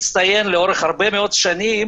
-- היא יצואן מצטיין הרבה מאוד שנים